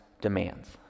demands